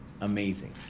Amazing